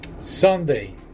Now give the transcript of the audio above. Sunday